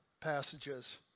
passages